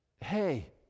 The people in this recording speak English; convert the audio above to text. Hey